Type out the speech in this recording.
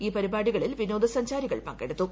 ഈ പരിപാടികളിൽ വിനോദസഞ്ചാരികൾ പങ്കെടുത്തു